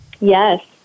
Yes